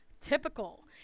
typical